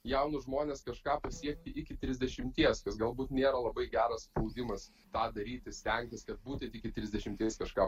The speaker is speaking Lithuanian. jaunus žmones kažką pasiekti iki trisdešimties kas galbūt nėra labai geras spaudimas tą daryti stengtis kad būtent iki trisdešimties kažką